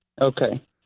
okay